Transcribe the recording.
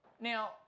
Now